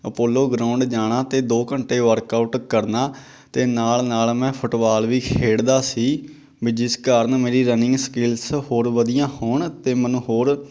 Apollo ground ਜਾਣਾ ਅਤੇ ਦੋ ਘੰਟੇ ਵਰਕਆਊਟ ਕਰਨਾ ਅਤੇ ਨਾਲ ਨਾਲ ਮੈਂ ਫੁੱਟਬਾਲ ਵੀ ਖੇਡਦਾ ਸੀ ਵੀ ਜਿਸ ਕਾਰਨ ਮੇਰੀ ਰਨਿੰਗ ਸਕਿੱਲਸ ਹੋਰ ਵਧੀਆ ਹੋਣ ਅਤੇ ਮੈਨੂੰ ਹੋਰ